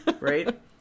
right